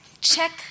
check